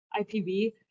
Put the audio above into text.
IPV